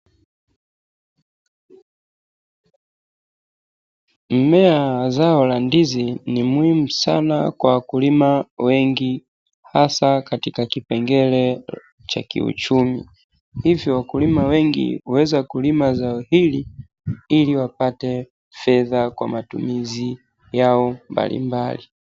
Mmea wa zao la ndizi ni muhimu sana kwa wakulima wengi hasa katika kipengele cha kiuchumi, hivyo wakulima wengi huweza kulima zao hili ili wapate fedha kwa matumizi yao mbalimbali.